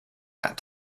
that